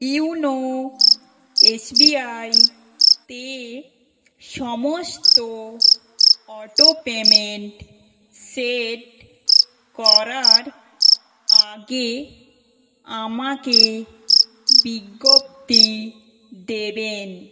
YONO S B আইতে সমস্ত auto payment set করার আগে আমাকে বিজ্ঞপ্তি দেবেন